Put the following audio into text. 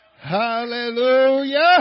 Hallelujah